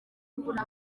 kubura